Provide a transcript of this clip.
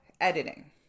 editing